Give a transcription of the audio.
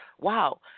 wow